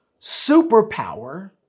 superpower